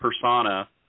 persona